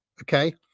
okay